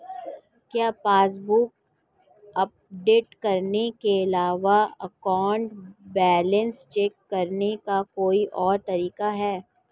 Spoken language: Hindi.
क्या पासबुक अपडेट करने के अलावा अकाउंट बैलेंस चेक करने का कोई और तरीका है?